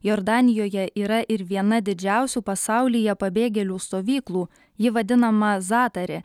jordanijoje yra ir viena didžiausių pasaulyje pabėgėlių stovyklų ji vadinama zatari